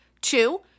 Two